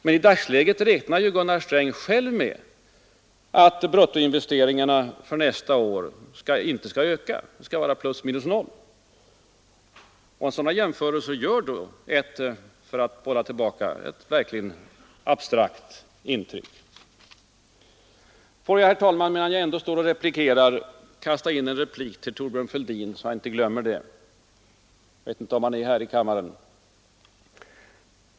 Men i dagsläget räknar ju Gunnar Sträng själv med att bruttoinvesteringarna för nästa år inte skall öka — förändringen beräknas bli + 0. Sådana jämförelser gör verkligen — för att kasta bollen tillbaka — ett abstrakt intryck. Låt mig, herr talman, medan jag ändå håller på och replikerar, kasta in en replik till Thorbjörn Fälldin.